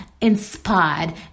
inspired